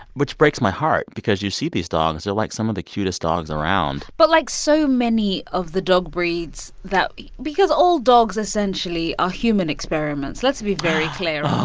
which breaks my heart because you see these dogs, dogs, they're, like, some of the cutest dogs around but, like, so many of the dog breeds that because all dogs, essentially, are human experiments. let's be very clear